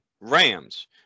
Rams